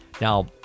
Now